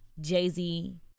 jay-z